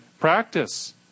practice